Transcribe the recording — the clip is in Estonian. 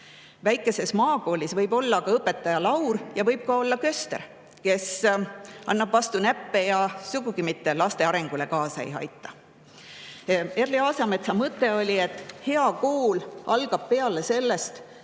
Väikeses maakoolis võib ka olla õpetaja Laur ja võib ka olla köster, kes annab vastu näppe ja sugugi mitte laste arengule kaasa ei aita. Erli Aasametsa mõte oli, et hea kool algab peale sellest,